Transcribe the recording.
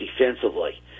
defensively